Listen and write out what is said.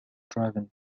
driven